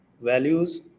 values